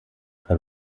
the